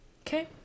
Okay